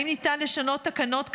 האם ניתן לשנות תקנות קיימות?